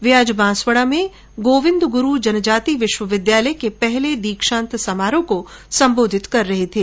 वे आज बांसवाड़ा में गोविन्द गुरु जनजाति विश्वविद्यालय के पहले दीक्षान्त समारोह को सम्बोधित कर रहे थे